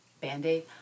Band-Aid